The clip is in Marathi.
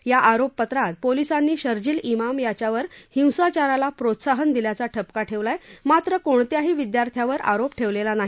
या आरोपपत्रात पोलिसांनी शर्जील भाम याच्यावर हिंसाचाराला प्रोत्साहन दिल्याचा ठपका ठेवला आहे मात्र कोणत्याही विद्यार्थावर आरोप ठेवलेला नाही